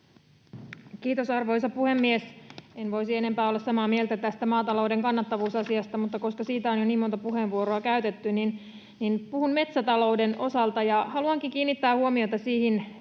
Kiitos, arvoisa puhemies! En voisi enempää olla samaa mieltä tästä maatalouden kannattavuusasiasta, mutta koska siitä on jo niin monta puheenvuoroa käytetty, niin puhun metsätalouden osalta: Haluan kiinnittää huomiota siihen,